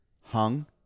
hung